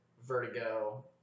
Vertigo